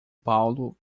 paulo